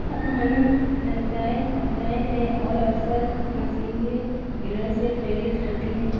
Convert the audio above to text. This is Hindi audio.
अपहनन न्यायेतर हत्याएँ हैं और अक्सर नस्लीय घृणा से प्रेरित होती हैं